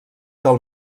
del